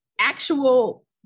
actual